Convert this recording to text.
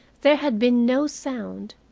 there had been no sound,